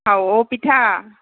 হাও অ' পিঠা